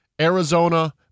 Arizona